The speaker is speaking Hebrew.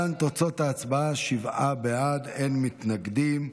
להלן תוצאות ההצבעה: שבעה בעד, אין מתנגדים.